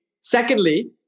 Secondly